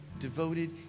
devoted